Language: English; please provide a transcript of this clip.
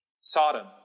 Sodom